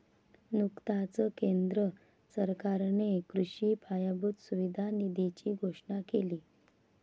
नुकताच केंद्र सरकारने कृषी पायाभूत सुविधा निधीची घोषणा केली